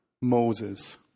Moses